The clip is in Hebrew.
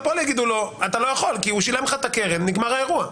יגידו לו: אתה לא יכול כי הוא שילם לך את הקרן נגמר האירוע.